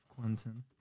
Quentin